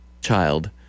child